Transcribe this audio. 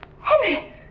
henry